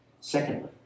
Secondly